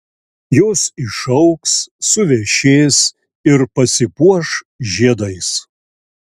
jos išaugs suvešės ir pasipuoš žiedais